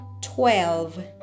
twelve